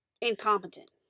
incompetent